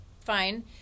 fine